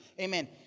Amen